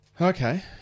Okay